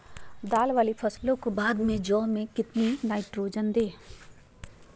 दाल वाली फसलों के बाद में जौ में कितनी नाइट्रोजन दें?